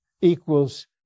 equals